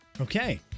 Okay